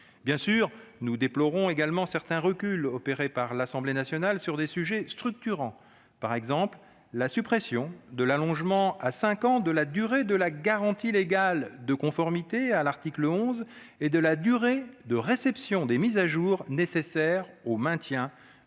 Bien sûr, nous déplorons également certains reculs opérés à l'Assemblée nationale sur des sujets structurants, par exemple : la suppression de l'allongement à cinq ans de la durée de la garantie légale de conformité, à l'article 11, et de la durée de réception des mises à jour nécessaires au maintien